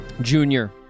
junior